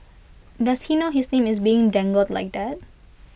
does he know his name is being dangled like that